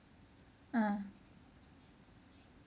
ah